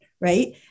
Right